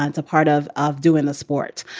ah it's a part of of doing the sport.